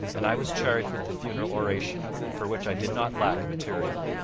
and i was charged with the funeral oration, for which i did not lack material.